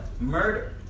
Murder